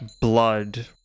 Blood